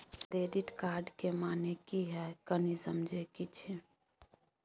Credit card के माने की हैं, कनी समझे कि छि?